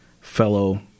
fellow